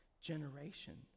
generation